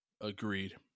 Agreed